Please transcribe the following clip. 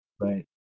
right